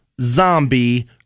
zombie